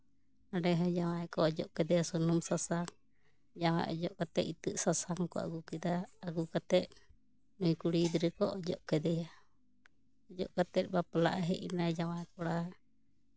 ᱱᱚᱰᱮ ᱦᱚᱸ ᱡᱟᱶᱟᱭ ᱠᱚ ᱚᱡᱚᱜ ᱠᱮᱫᱮᱭᱟ ᱥᱩᱱᱩᱢ ᱥᱟᱥᱟᱝ ᱡᱟᱶᱟᱭ ᱚᱡᱚᱜ ᱠᱟᱛᱮᱜ ᱤᱛᱟᱹᱜ ᱥᱟᱥᱟᱝ ᱠᱚ ᱟᱹᱜᱩ ᱠᱮᱫᱟ ᱟᱹᱜᱩ ᱠᱟᱛᱮᱜ ᱱᱩᱭ ᱠᱩᱲᱤ ᱜᱤᱫᱽᱨᱟᱹ ᱠᱚ ᱟᱹᱜᱩ ᱠᱮᱫᱮᱭᱟ ᱚᱡᱚᱜ ᱠᱟᱛᱮᱜ ᱡᱟᱶᱟᱭ ᱦᱮᱡᱱᱟ ᱡᱟᱶᱟᱭ ᱠᱚᱲᱟ